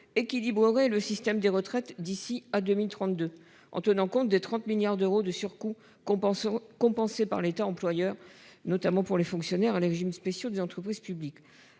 équilibreraient, le système des retraites d'ici à 2032, en tenant compte de 30 milliards d'euros de surcoûts. Compensé par l'État employeur notamment pour les fonctionnaires et les régimes spéciaux des entreprises publiques.